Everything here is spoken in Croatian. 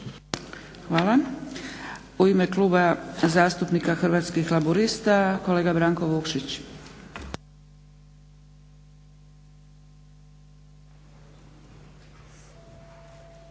Hvala. U ime Kluba zastupnika Hrvatskih laburista kolega Branko Vukšić.